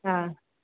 हा